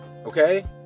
okay